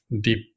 deep